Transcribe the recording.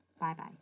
Bye-bye